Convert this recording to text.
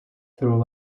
through